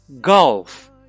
golf